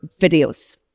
videos